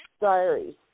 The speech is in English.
diaries